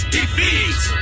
defeat